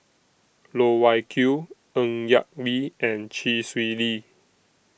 Loh Wai Kiew Ng Yak Whee and Chee Swee Lee